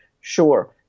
Sure